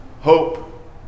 Hope